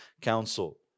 council